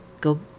go